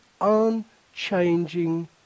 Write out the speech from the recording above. unchanging